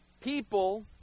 people